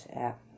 app